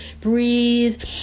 Breathe